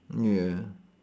ya